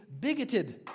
bigoted